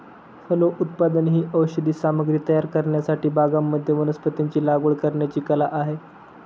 फलोत्पादन ही औषधी सामग्री तयार करण्यासाठी बागांमध्ये वनस्पतींची लागवड करण्याची कला आहे